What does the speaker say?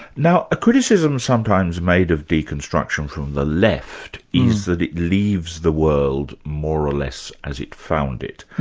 now a criticism sometimes made of deconstruction from the left, is that it leaves the world more or less as it found it.